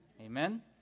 Amen